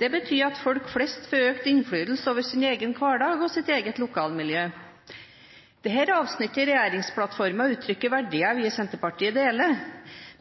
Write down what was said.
«Det betyr at folk flest får økt innflytelse over sin egen hverdag og sitt eget lokalmiljø.» Dette avsnittet i regjeringsplattformen uttrykker verdier vi i Senterpartiet deler,